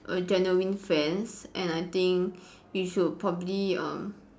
err genuine friends and I think we should probably err